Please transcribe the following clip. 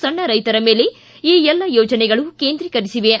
ಸಣ್ಣ ರೈತರ ಮೇಲೆ ಈ ಎಲ್ಲ ಯೋಜನೆಗಳು ಕೇಂದ್ರೀಕರಿಸಿವೆ